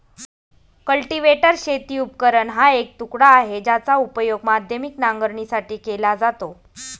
cultivator शेती उपकरण हा एक तुकडा आहे, ज्याचा उपयोग माध्यमिक नांगरणीसाठी केला जातो